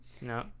no